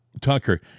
Tucker